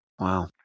Wow